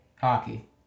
Hockey